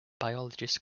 biologists